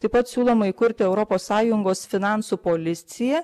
taip pat siūloma įkurti europos sąjungos finansų policiją